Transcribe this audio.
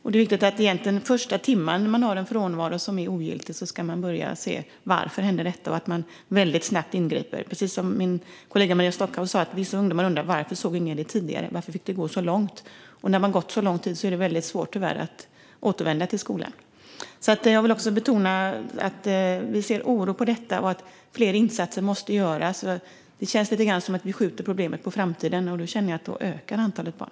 Redan efter första timmen med ogiltig frånvaro ska man börja titta på varför och ingripa snabbt. Precis som min kollega Maria Stockhaus sa undrar vissa ungdomar varför ingen såg det tidigare och varför det fick gå så långt. När lång tid har gått är det tyvärr svårt att återvända till skolan. Jag vill betona att vi ser med oro på detta och att fler insatser måste göras. Det känns som att vi skjuter problemen på framtiden, men då ökar antalet barn.